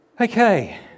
Okay